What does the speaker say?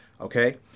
Okay